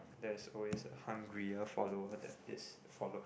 there is always a hungrier follower that is follow